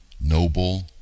Noble